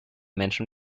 menschen